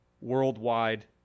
worldwide